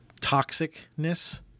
toxicness